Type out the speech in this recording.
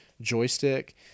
joystick